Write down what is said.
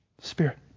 Spirit